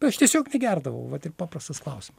aš tiesiog negerdavau vat ir paprastas klausima